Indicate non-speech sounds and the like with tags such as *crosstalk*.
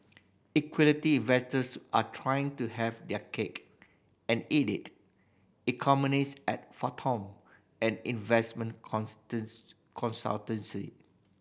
equity investors are trying to have their cake and eat it economists at Fathom an investment *unintelligible* consultancy